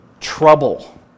trouble